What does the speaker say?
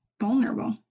vulnerable